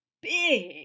big